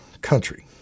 country